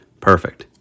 Perfect